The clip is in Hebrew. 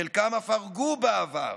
חלקם אף הרגו בעבר.